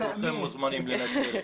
כולכם מוזמנים לנצרת.